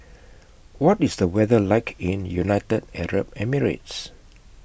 What IS The weather like in United Arab Emirates